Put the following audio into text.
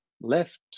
left